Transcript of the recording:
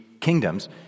kingdoms